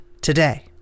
today